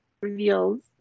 Reveals